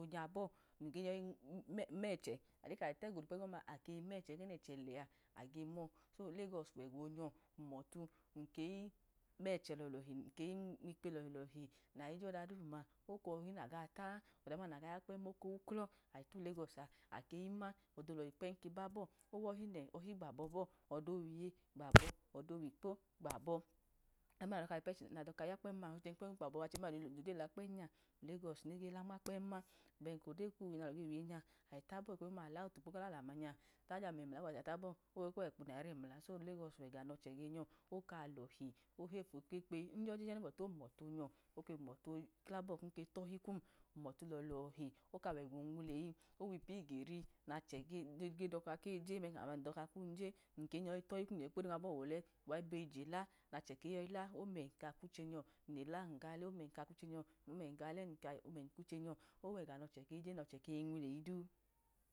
Nga bọ nkeyọyi mẹchẹ, aje kayi tẹga oligbo egọ ọma age mẹchẹ egẹ nẹchẹ lẹa ake yọyi mọ, so legọse wẹgohumọtu oyọ num keyi mẹchẹ lọlọli num keyi nwu likpeyi lọlohin nayi jọdo oduma, oko wọhi naga t aga yoda doduna wuklọ, ayi tulegọsi akayi ma, odo lohi kpẹm ke babọ, owọhu ne babọ, odo wiye gbabọ ablnepa gbabọ, oda du ma kẹchẹ achẹ duma noyi jodeyi la kpem nya ulegọsi nege la nma kpem ma, bẹn kodiyi kum mum le wiye nya aji tahọ eko duma ila wotukpo kọlalo amanya tajan ẹmula gbobu ka nmabọ eko weypa kunayira emula so ulegọsi wẹga nochẹ ge nyọ, oka lohi oheyi fu kikpeyi, njọjeje ẹno bọti ohumọtu onyo̱, oke humothe kla bọ kuketọhi kum, humote lọlọhi oka wẹga onwuleyi, owipu iyen nachẹ ge doka keje nẹhi, ami a ndoka kum je, ndoka tohi kum nyọyi kpodeyi nmabọ wdẹ wayi be jela nachẹ keyọyila, omẹ n ka kmuche nyọ, nlela nga omẹ nka kwu che nyọ omẹ nga ole nka kmuche nyọ owega nọche keyi je nọchẹ ge nwuleyi du